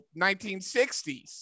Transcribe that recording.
1960s